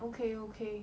okay okay